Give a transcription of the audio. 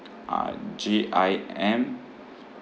uh J I M